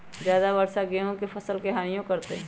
ज्यादा वर्षा गेंहू के फसल के हानियों करतै?